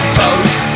toast